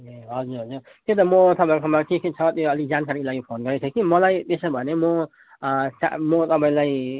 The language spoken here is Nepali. ए हजुर हजुर त्यही त म तपाईँकोमा के के छ त्यो अलिक जानकारीको लागि फोन गरेको थिएँ कि मलाई त्यसो भने म म तपाईँलाई